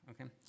okay